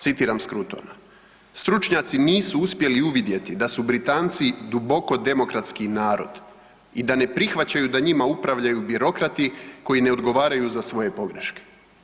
Citiram Scrutona, stručnjaci nisu uspjeli uvidjeti da su Britanci duboko demokratski narod i da ne prihvaćaju da njima upravljaju birokrati koji ne odgovaraju za svoje pogreške.